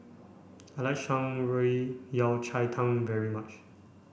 I like Shan Rui Yao Cai Tang very much